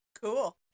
Cool